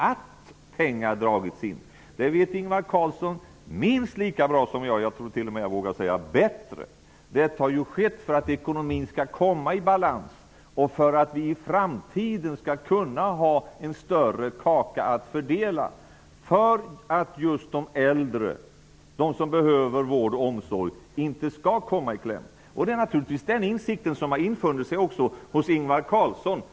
Att pengar har dragits in vet Ingvar Carlsson minst lika bra som jag -- jag vågar säga t.o.m. bättre. Det har skett för att ekonomin skall komma i balans och för att vi i framtiden skall ha en större kaka att fördela. Det är för att de äldre, de som behöver vård och omsorg, inte skall behöva komma i kläm. Det är naturligtvis denna insikt som har infunnit sig hos Ingvar Carlsson.